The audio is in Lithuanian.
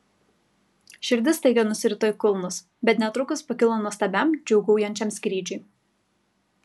širdis staiga nusirito į kulnus bet netrukus pakilo nuostabiam džiūgaujančiam skrydžiui